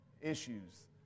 issues